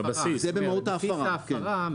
בבסיס ההפרה,